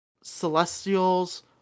Celestials